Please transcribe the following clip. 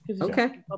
Okay